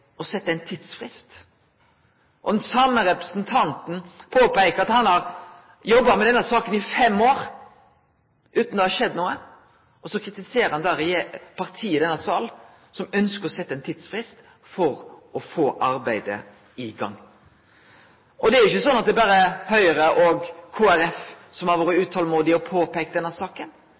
ein tidsfrist. Den same representanten påpeiker at han har jobba med denne saka i fem år utan at det har skjedd noko, og så kritiserer han partia i denne salen som ønskjer å setje ein tidsfrist for å få arbeidet i gang. Det er ikkje berre Høgre og Kristeleg Folkeparti som har vore utolmodige og påpeikt denne saka,